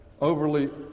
overly